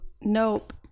nope